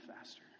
faster